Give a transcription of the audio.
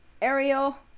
Ariel